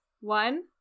One